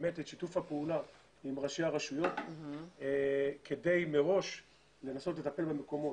שיתוף הפעולה עם ראשי הרשויות כדי מראש לנסות לטפל במקומות.